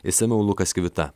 išsamiau lukas kvita